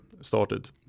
started